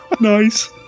Nice